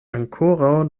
ankoraŭ